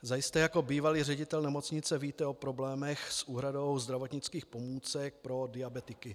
Zajisté jako bývalý ředitel nemocnice víte o problémech s úhradou zdravotnických pomůcek pro diabetiky.